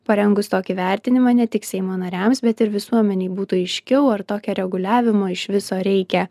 parengus tokį vertinimą ne tik seimo nariams bet ir visuomenei būtų aiškiau ar tokio reguliavimo iš viso reikia